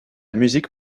musique